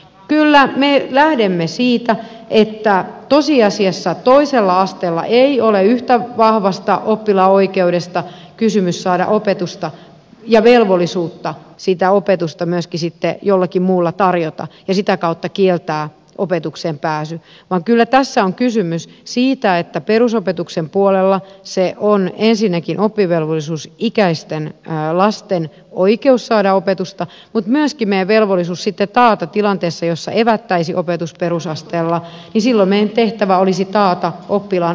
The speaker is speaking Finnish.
kyllä me lähdemme siitä että tosiasiassa toisella asteella ei ole kysymys yhtä vahvasta oppilaan oikeudesta saada opetusta ja velvollisuudesta sitä opetusta myöskin sitten jollakin muulla tavalla tarjota ja sitä kautta kieltää opetukseen pääsy vaan kyllä tässä on kysymys siitä että perusopetuksen puolella on ensinnäkin oppivelvollisuusikäisten lasten oikeus saada opetusta mutta myöskin meidän velvollisuus olisi taata oppilaan oppilashuoltojärjestelyt tilanteessa jossa evättäisiin opetus perusasteella